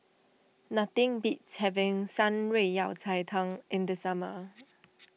nothing beats having Shan Rui Yao Cai Tang in the summer